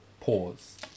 Pause